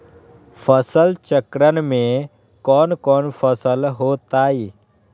फसल चक्रण में कौन कौन फसल हो ताई?